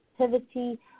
activity